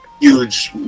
huge